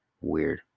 weird